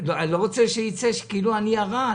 אני לא רוצה שייצא כאילו אני הרע.